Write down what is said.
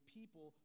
people